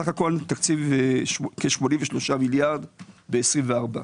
סך הכול תקציב כ-83 מיליארד ב-24'.